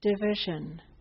division